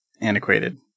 antiquated